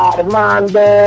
Armando